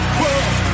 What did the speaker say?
world